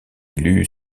élu